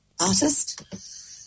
artist